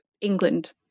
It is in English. England